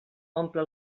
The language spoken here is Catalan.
omple